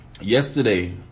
yesterday